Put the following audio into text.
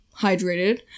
hydrated